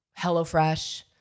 HelloFresh